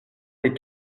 les